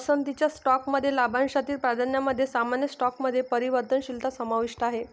पसंतीच्या स्टॉकमध्ये लाभांशातील प्राधान्यामध्ये सामान्य स्टॉकमध्ये परिवर्तनशीलता समाविष्ट आहे